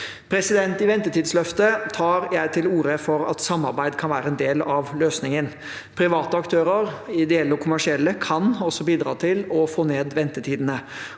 av august. I ventetidsløftet tar jeg til orde for at samarbeid kan være en del av løsningen. Private aktører, ideelle og kommersielle, kan også bidra til å få ned ventetidene.